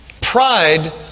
Pride